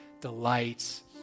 delights